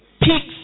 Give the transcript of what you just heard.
pigs